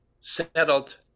settled